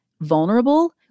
vulnerable